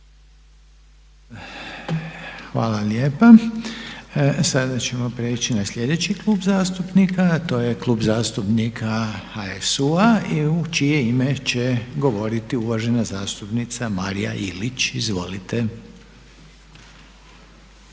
Hvala lijepa. Sada ćemo priječi na sljedeći klub zastupnika, a to je Klub zastupnika HSU-a i u čije ime će govoriti uvažena zastupnica Marija Ilić. Izvolite.